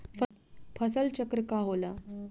फसल चक्र का होला?